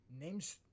names